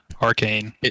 arcane